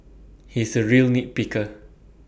he is A real nit picker